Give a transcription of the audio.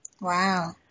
Wow